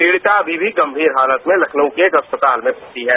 पीडिता अमी भी गंभीर हालत में लखनऊ के एक अस्पताल में भर्ती है